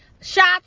shots